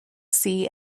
sea